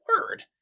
word